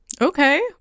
Okay